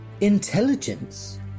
Intelligence